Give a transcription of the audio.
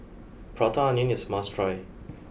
Prata Onion is a must try